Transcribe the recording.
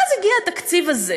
ואז הגיעו התקציב הזה